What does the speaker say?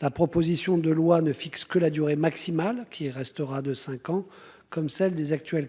La proposition de loi ne fixe que la durée maximale qui restera de cinq ans comme celle des actuels